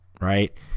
right